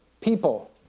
people